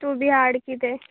तूं बी हाड कितें